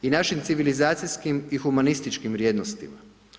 I našim civilizacijskim i humanističkim vrijednostima.